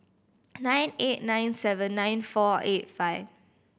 nine eight nine seven nine four eight five